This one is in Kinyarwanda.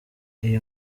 iyi